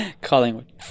Collingwood